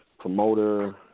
promoter